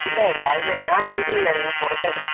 ഇല്ല രാവിലെ ഞാൻ വീട്ടിലില്ലായിരുന്നു ഞാൻ പുറത്തായിരുന്നു